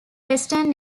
western